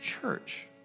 church